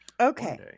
Okay